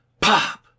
pop